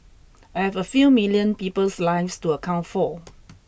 I have a few million people's lives to account for